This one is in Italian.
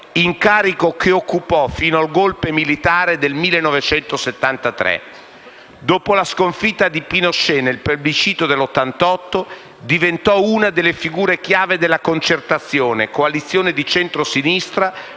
incarico che occupò fino al *golpe* militare del 1973. Dopo la sconfitta di Pinochet nel plebiscito del 1988, diventò una delle figure chiave della Concertazione, coalizione di centrosinistra,